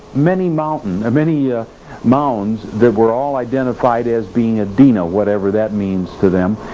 many mounds and many ah mounds that were all identified as being adena, whatever that means to them,